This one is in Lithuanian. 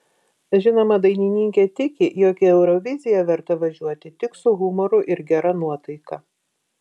žinoma dainininkė tiki jog į euroviziją verta važiuoti tik su humoru ir gera nuotaika